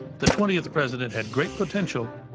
the twentieth president had great potential.